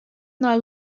nei